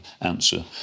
answer